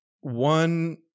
one